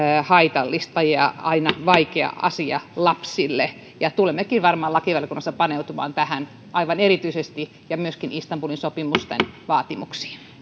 haitallista ja aina vaikea asia lapsille ja tulemmekin varmaan lakivaliokunnassa paneutumaan tähän aivan erityisesti ja myöskin istanbulin sopimusten vaatimuksiin